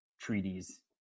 treaties